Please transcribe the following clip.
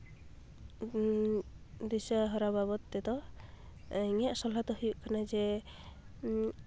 ᱫᱤᱥᱟᱹ ᱦᱚᱨᱟ ᱵᱟᱵᱚᱫ ᱛᱮᱫᱚ ᱤᱧᱟᱹᱜ ᱥᱚᱞᱦᱮ ᱫᱚ ᱦᱩᱭᱩᱜ ᱠᱟᱱᱟ ᱡᱮ